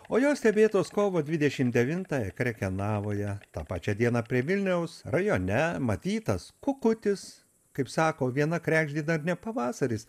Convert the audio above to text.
o jos stebėtos kovo dvidešimt devintąją krekenavoje tą pačią dieną prie vilniaus rajone matytas kukutis kaip sako viena kregždė dar ne pavasaris